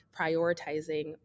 prioritizing